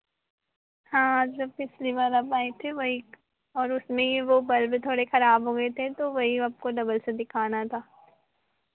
हाँ जब पिछली बार आप आए थे वही और उसमें ये वो बल्ब थोड़े खराब हो गए थे तो वही आपको डबल से दिखाना था